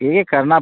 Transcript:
ये करना